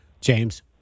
James